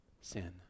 sin